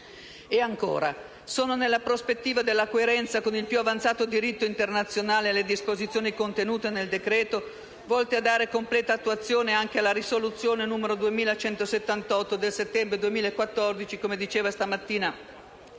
sono nella prospettiva della coerenza con il più avanzato diritto internazionale le disposizioni contenute nel decreto-legge, volte a dare completa attuazione anche alla risoluzione n. 2178 del settembre 2014 (come ricordava questa mattina